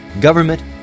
government